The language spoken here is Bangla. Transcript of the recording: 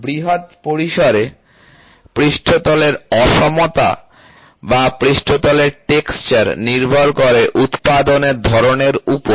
বৃহৎ পরিসরে পৃষ্ঠতলের অসমতা বা পৃষ্ঠতলের টেক্সচার নির্ভর করে উৎপাদন এর ধরনের উপর